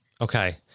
Okay